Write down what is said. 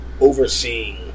overseeing